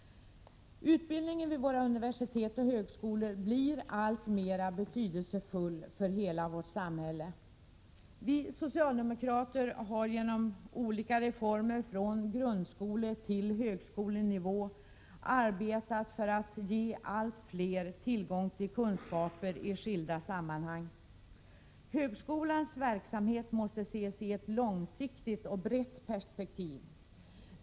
Utbildningen vid våra universitet och högskolor blir alltmer betydelsefull för hela vårt samhälle. Vi socialdemokrater har genom olika reformer från grundskoletill högskolenivå arbetat för att ge allt fler tillgång till kunskaper i skilda sammanhang. Högskolans verksamhet måste ses i ett långsiktigt och brett perspektiv.